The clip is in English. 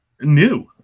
new